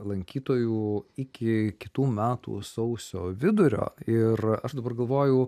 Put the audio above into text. lankytojų iki kitų metų sausio vidurio ir aš dabar galvoju